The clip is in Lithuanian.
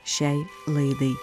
šiai laidai